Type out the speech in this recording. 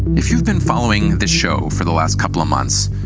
if you've been following the show for the last couple of months,